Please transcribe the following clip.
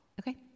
Okay